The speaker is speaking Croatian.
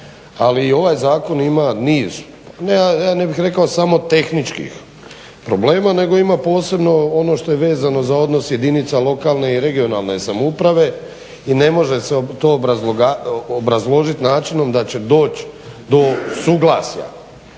i ovaj zakon ima niz, je ne bih rekao samo tehničkih problema, nego ima posebno ono što je vezano za odnos jedinica lokalne i regionalne samouprave i ne može se to obrazložit načinom da će doć do suglasja.